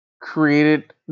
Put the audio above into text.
created